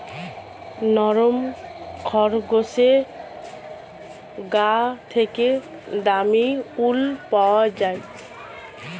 নরম খরগোশের গা থেকে দামী উল পাওয়া যায়